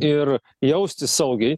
ir jaustis saugiai